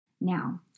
Now